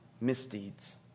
misdeeds